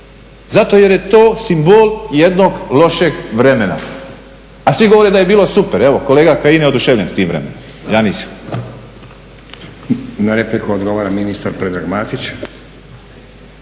zato jer je to simbol jednog lošeg vremena, a svi govore da je bilo super. Evo kolega Kajin je oduševljen s tim vremenom, ja nisam. **Stazić, Nenad (SDP)** Na repliku odgovara ministar Predrag Matić.